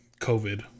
covid